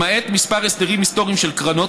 למעט כמה הסדרים היסטוריים של קרנות,